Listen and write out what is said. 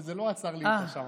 אבל זה לא עצר לי את השעון.